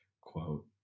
quote